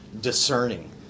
discerning